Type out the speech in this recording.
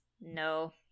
No